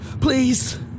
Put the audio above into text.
Please